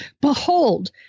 Behold